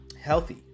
healthy